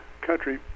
country